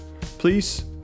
please